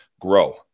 grow